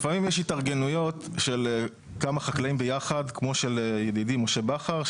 לפעמים יש התארגנויות של כמה חקלאים ביחד כמו של ידידי משה בכר,